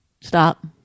Stop